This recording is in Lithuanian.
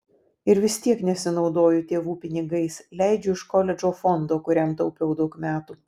ir vis tiek nesinaudoju tėvų pinigais leidžiu iš koledžo fondo kuriam taupiau daug metų